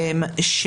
לפער,